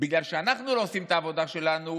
בגלל שאנחנו לא עושים את העבודה שלנו,